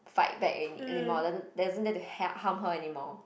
fight back any anymore doesn't doesn't dare to help harm her anymore